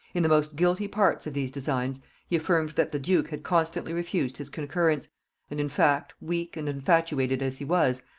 in the most guilty parts of these designs he affirmed that the duke had constantly refused his concurrence and in fact, weak and infatuated as he was,